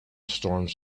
storms